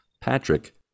Patrick